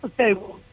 Okay